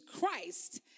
Christ